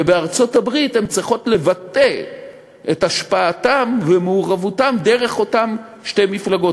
ובארצות-הברית הן צריכות לבטא את השפעתן ומעורבותן דרך אותן שתי מפלגות,